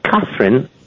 Catherine